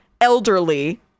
elderly